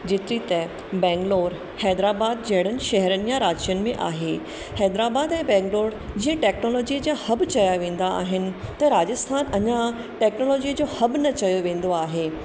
जेतिरी त बैंगलोर हैदराबाद जहिड़नि शहरनि या राज्यनि में आहे हैदराबाद ऐं बैंगलोर जीअं टेक्नोलॉजी जा हब चया वेंदा आहिनि त राजस्थान अञा टेक्नोलॉजी जो हब न चयो वेंदो आहे